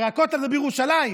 הרי הכותל בירושלים,